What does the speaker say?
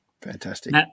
Fantastic